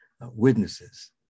witnesses